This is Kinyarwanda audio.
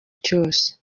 cyose